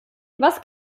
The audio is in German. was